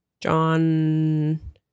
john